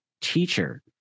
teacher